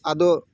ᱟᱫᱚ